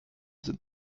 sind